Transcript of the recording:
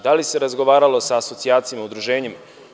Da li se razgovaralo sa asocijacijama udruženja?